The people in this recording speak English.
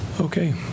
Okay